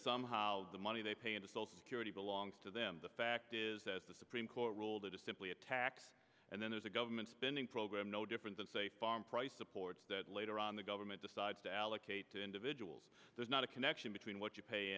somehow the money they pay into social security belongs to them the fact is that the supreme court ruled it is simply a tax and then there's a government spending program no different than say farm price a port that later on the government decides to allocate to individuals there's not a connection between what you pay